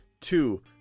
two